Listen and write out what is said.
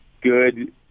good